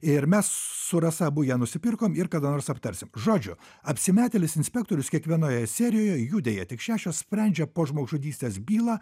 ir mes su rasa abu ją nusipirkom ir kada nors aptarsim žodžiu apsimetėlis inspektorius kiekvienoje serijoje jų deja tik šešios sprendžia po žmogžudystės bylą